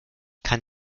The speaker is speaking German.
kann